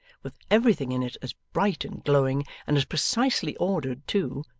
with everything in it as bright and glowing, and as precisely ordered too,